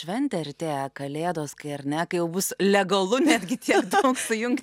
šventė artėja kalėdos kai ar ne kai jau bus legalu netgi tiek daug sujungt